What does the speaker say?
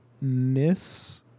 miss